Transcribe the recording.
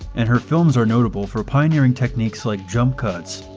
and her films are notable for pioneering techniques like jump cuts,